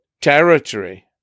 territory